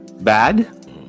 bad